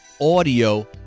audio